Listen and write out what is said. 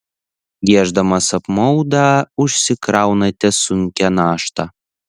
gieždamas apmaudą užsikraunate sunkią naštą